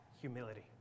humility